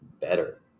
better